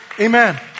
Amen